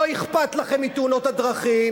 לא אכפת לכם מתאונות הדרכים.